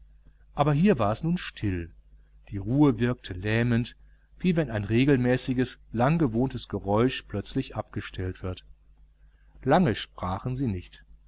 aber hier war es nun still die ruhe wirkte lähmend wie wenn ein regelmäßiges langgewohntes geräusch plötzlich abgestellt wird lange sprachen sie nicht